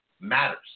matters